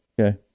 Okay